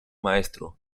maestro